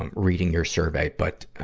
um reading your survey. but, ah,